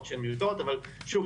אבל שוב,